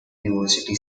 university